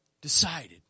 decided